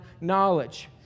knowledge